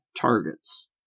targets